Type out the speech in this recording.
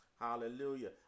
hallelujah